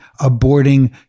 aborting